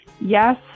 Yes